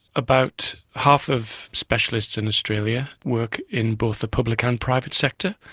about half of specialists in australia work in both the public and private sector,